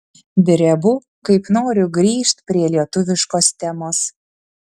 drebu kaip noriu grįžt prie lietuviškos temos